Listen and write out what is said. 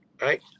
right